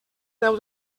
deu